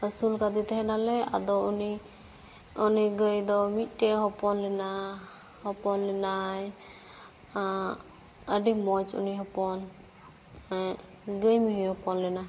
ᱟᱹᱥᱩᱞ ᱠᱟᱫᱮ ᱛᱟᱦᱮᱱᱟᱞᱮ ᱟᱫᱚ ᱩᱱᱤ ᱩᱱᱤ ᱜᱟᱹᱭ ᱫᱚ ᱢᱤᱫᱴᱮᱱ ᱮ ᱦᱚᱯᱚᱱᱞᱮᱱᱟ ᱦᱚᱯᱚᱱ ᱞᱮᱱᱟᱭ ᱟᱹᱰᱤ ᱢᱚᱡᱽ ᱩᱱᱤ ᱦᱚᱯᱚᱱ ᱜᱟᱹᱭ ᱢᱤᱭᱦᱩᱭ ᱦᱚᱯᱚᱱ ᱞᱮᱱᱟ